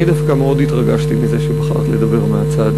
אני דווקא מאוד התרגשתי מזה שבחרת לדבר מהצד,